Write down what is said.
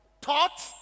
taught